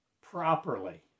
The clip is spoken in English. properly